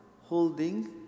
holding